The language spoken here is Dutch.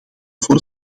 voor